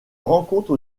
rencontre